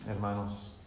Hermanos